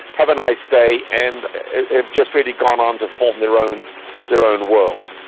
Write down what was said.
have a nice day and have just really gone on to form their own their own world,